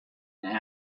and